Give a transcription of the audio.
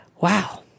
Wow